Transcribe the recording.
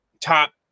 top